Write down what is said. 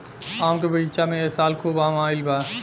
आम के बगीचा में ए साल खूब आम आईल बा